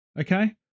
okay